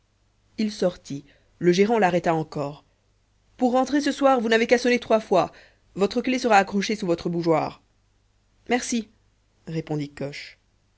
il sortit le gérant l'arrêta encore pour rentrer le soir vous n'avez qu'à sonner trois fois votre clé sera accrochée sous votre bougeoir merci répondit coche